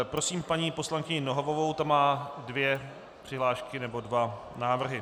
Prosím paní poslankyni Nohavovou, ta má dvě přihlášky nebo dva návrhy.